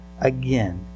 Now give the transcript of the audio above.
again